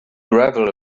gravel